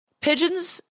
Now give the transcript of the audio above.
Pigeons